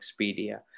Expedia